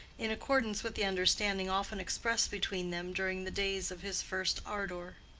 in accordance with the understanding often expressed between them during the days of his first ardor.